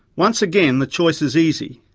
once again, the choice is easy.